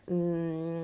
mm